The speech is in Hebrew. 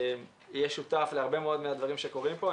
יהיה שותף להרבה מאוד מן הדברים שקורים פה.